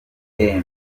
uwizeye